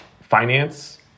finance